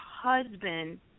husband